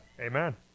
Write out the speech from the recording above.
Amen